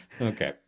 Okay